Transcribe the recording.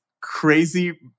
crazy